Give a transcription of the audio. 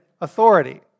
authority